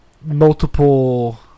multiple